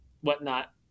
whatnot